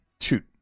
Shoot